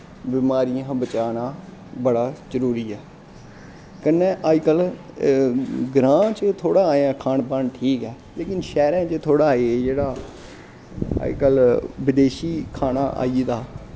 बमारियैं शा बचाना बड़ा जरूरी ऐ कन्नै अजकल्ल ग्रांऽच थोह्ड़ा खान पान ठीक ऐ लेकिन शैह्रैं च थोह्ड़ा जेह्ड़ा अजकल्ल बिदेशी खाना आई गेदा